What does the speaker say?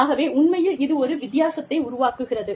ஆகவே உண்மையில் இது ஒரு வித்தியாசத்தை உருவாக்குகிறது